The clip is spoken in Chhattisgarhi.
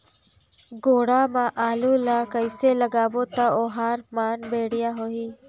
गोडा मा आलू ला कइसे लगाबो ता ओहार मान बेडिया होही?